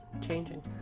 changing